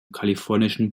kalifornischen